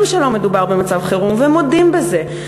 שלא מדובר במצב חירום ומודים בזה,